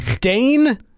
dane